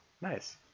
nice